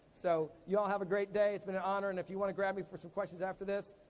so, you all have a great day. it's been an honor, and if you wanna grab me for some questions after this,